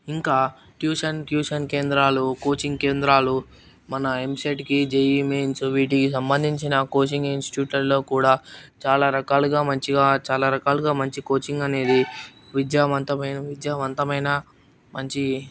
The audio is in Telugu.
ఇంకా ట్యూషన్ ట్యూషన్ కేంద్రాలు కోచింగ్ కేంద్రాలు మన ఎంసెట్కి జేఈఈ మెయిన్స్ వీటికి సంబంధించిన కోచింగ్ ఇన్స్టిట్యూట్లల్లో కూడా చాలా రకాలుగా మంచిగా చాలా రకాలుగా మంచి కోచింగ్ అనేది విద్యావంతమైన విద్యావంతమైన మంచి